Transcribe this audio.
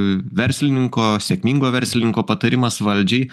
verslininko sėkmingo verslininko patarimas valdžiai